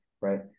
right